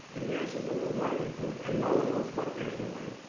and he has his little working group. and no one knows what they're doing.